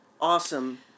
awesome